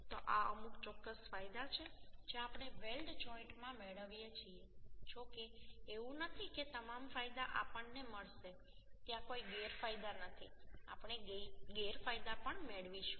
તો આ અમુક ચોક્કસ ફાયદા છે જે આપણે વેલ્ડ જોઈન્ટમાં મેળવીએ છીએ જો કે એવું નથી કે તમામ ફાયદા આપણને મળશે ત્યાં કોઈ ગેરફાયદા નથી આપણે ગેરફાયદા પણ મેળવીશું